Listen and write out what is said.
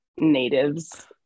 natives